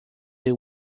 they